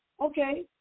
Okay